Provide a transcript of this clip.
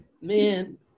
man